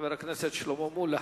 חבר הכנסת שלמה מולה.